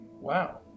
Wow